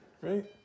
right